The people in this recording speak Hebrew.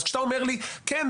אז כשאתה אומר לי: כן,